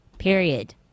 period